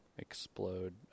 explode